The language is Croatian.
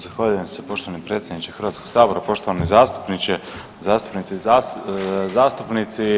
Zahvaljujem se poštovani predsjedniče Hrvatskog sabora, poštovani zastupniče, zastupnice i zastupnici.